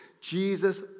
Jesus